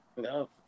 No